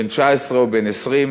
בן 19 או בן 20,